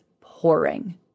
pouring